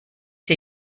dir